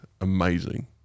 amazing